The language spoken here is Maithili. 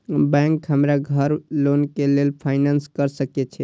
बैंक हमरा घर लोन के लेल फाईनांस कर सके छे?